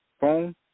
phone